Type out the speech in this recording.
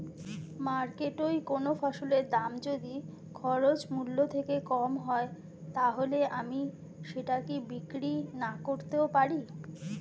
মার্কেটৈ কোন ফসলের দাম যদি খরচ মূল্য থেকে কম হয় তাহলে আমি সেটা কি বিক্রি নাকরতেও পারি?